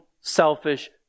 selfish